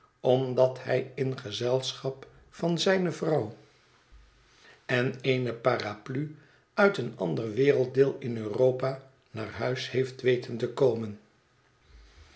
omdat hij in gezelschap van zijne vrouw en eene paraplu uit een ander werelddeel in europa naar huis heeft weten te komen